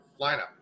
lineup